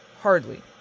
Hardly